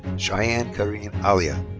cheyenne karine alia.